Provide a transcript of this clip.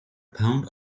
pound